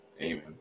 Amen